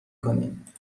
کنین